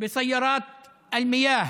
באמצעות רכבי המים,